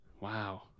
Wow